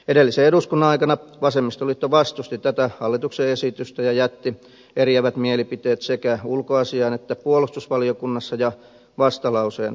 edellisen eduskunnan aikana vasemmistoliitto vastusti tätä hallituksen esitystä ja jätti eriävät mielipiteet sekä ulkoasiain että puolustusvaliokunnassa ja vastalauseen perustuslakivaliokunnassa